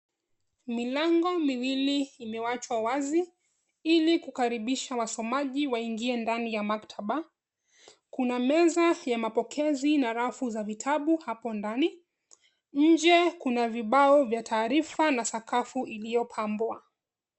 Milango miwili imeachwa wazi ili kukaribisha wasomaji waingie ndani ya maktaba. Kuna meza ya mapokezi na rafu za vitabu hapo ndani. Nje kuna vibao vya taarifa na sakafu iliyopambwa.